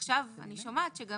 עכשיו אני שומעת שגם